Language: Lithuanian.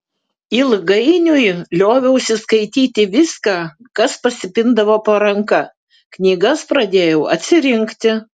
ilgainiui lioviausi skaityti viską kas pasipindavo po ranka knygas pradėjau atsirinkti